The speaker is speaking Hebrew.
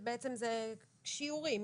שזה שיעורים.